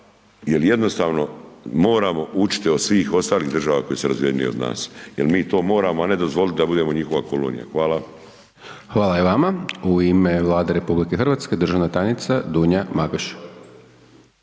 jel jednostavno moramo učiti od svih ostalih država koje su razvijenije od nas, jel mi to moramo, a ne dozvolit da budemo njihova kolonija. Hvala. **Hajdaš Dončić, Siniša (SDP)** Hvala i vama. U ime Vlade RH državna tajnica Dunja Magoš.